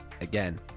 again